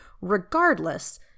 Regardless